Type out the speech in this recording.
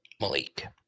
Malik